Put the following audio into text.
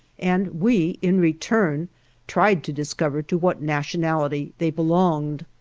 and we in return tried to discover to what nationality they belonged.